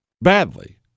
badly